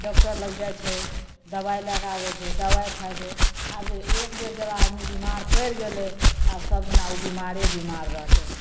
doctor लग जाइ छै दवाइ लैके आबै छै दवाइ खाइ छै आब जे एक बेर जब आदमी बेमार पड़ि गेलै तऽ आब सबदिना ओ बेमारे बेमार रहतै